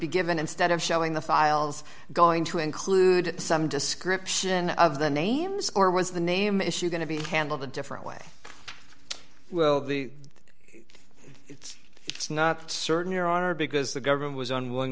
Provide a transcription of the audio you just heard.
be given instead of showing the files going to include some description of the names or was the name issue going to be handled a different way well the it's not certain your honor because the government was unwilling